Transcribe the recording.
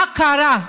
מה קרה?